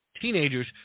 teenagers